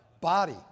Body